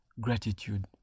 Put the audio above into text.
gratitude